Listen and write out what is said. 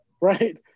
Right